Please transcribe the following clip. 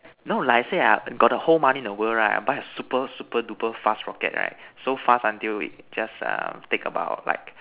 no like I say ah got the whole money in the world right buy a super super duper fast rocket right so fast until it just uh take about like